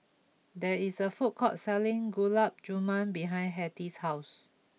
there is a food court selling Gulab Jamun behind Hetty's house